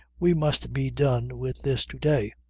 we must be done with this to day.